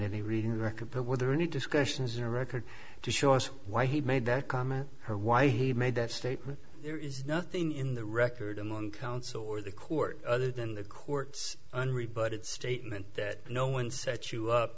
any reading record but were there any discussions or record to show us why he made that comment or why he made that statement there is nothing in the record in one council or the court other than the court's unreported statement that no one set you up